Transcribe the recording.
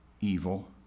evil